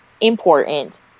important